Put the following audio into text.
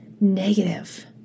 negative